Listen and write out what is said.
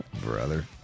Brother